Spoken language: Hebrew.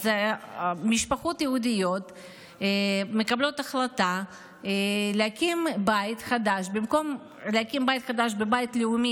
ומשפחות יהודיות מקבלות החלטה להקים בית חדש במקום בבית הלאומי,